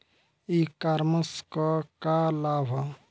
ई कॉमर्स क का लाभ ह?